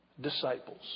disciples